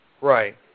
Right